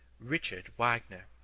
richard wagner.